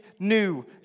New